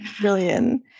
Brilliant